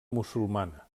musulmana